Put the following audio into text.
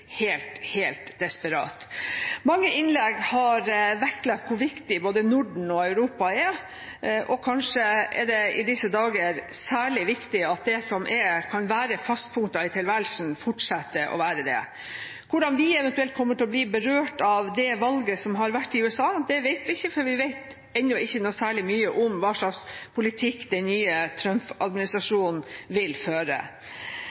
helt desperat. Mange innlegg har vektlagt hvor viktig både Norden og Europa er, og kanskje er det i disse dager særlig viktig at det som kan være faste punkter i tilværelsen, fortsetter å være det. Hvordan vi eventuelt kommer til å bli berørt av valget som har vært i USA, vet vi ikke, for vi vet ennå ikke noe særlig om hva slags politikk den nye Trump-administrasjonen vil føre.